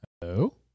hello